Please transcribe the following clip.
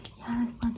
Yes